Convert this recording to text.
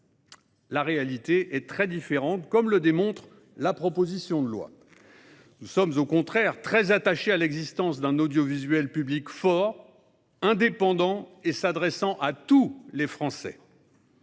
La réalité est très différente, comme le démontre la proposition de loi. Nous sommes, au contraire, très attachés à l'existence d'un audiovisuel public fort, indépendant et s'adressant à tous les Français.